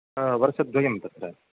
वर्षद्वयं तत्र